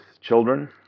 children